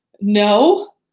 no